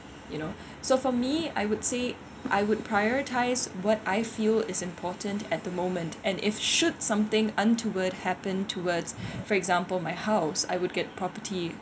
you know so for me I would say I would prioritise what I feel is important at the moment and if should something untoward happened towards for example my house I would get property